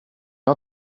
har